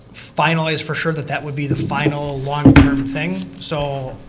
finalize for sure that that would be the final, long-term thing. so,